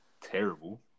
terrible